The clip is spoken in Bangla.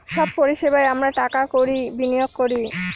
সব পরিষেবায় আমরা টাকা কড়ি বিনিয়োগ করি